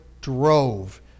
drove